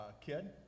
kid